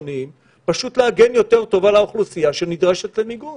להגן יותר טוב על האוכלוסייה שנדרשת למיגון